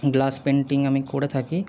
glass painting আমি করে থাকি